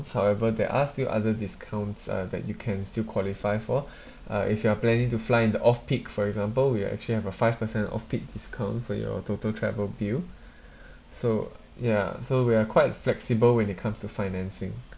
however there are still other discounts uh that you can still qualify for uh if you are planning to fly in the off peak for example we actually have a five percent off peak discount for your total travel bill so ya so we're quite flexible when it comes to financing